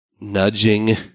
nudging